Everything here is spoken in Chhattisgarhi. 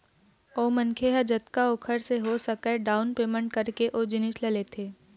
ओ मनखे ह जतका ओखर से हो सकय डाउन पैमेंट करके ओ जिनिस ल लेथे